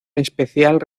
especial